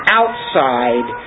outside